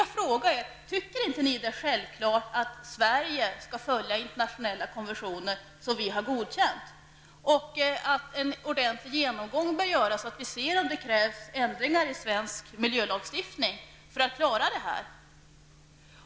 Jag vill fråga: Tycker ni inte att det är självklart att Sverige skall följa internationella konventioner som vi har godkänt, och att en ordentlig genomgång bör göras, så att vi ser om det krävs ändringar i svensk miljölagstiftning för att klara de här problemen?